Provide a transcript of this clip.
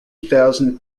thousand